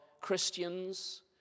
Christians